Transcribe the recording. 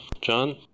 John